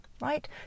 right